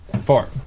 four